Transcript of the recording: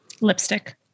Lipstick